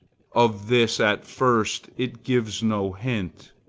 of this at first it gives no hint.